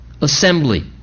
assembly